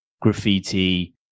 graffiti